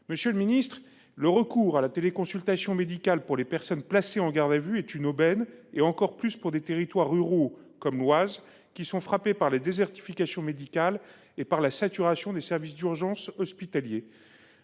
forces de l’ordre. Le recours à la téléconsultation médicale pour les personnes placées en garde à vue est une aubaine, et ce d’autant plus pour des territoires ruraux comme l’Oise, qui sont frappés par la désertification médicale et la saturation des services d’urgence hospitaliers.